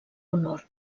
honor